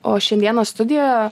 o šiandieną studijoje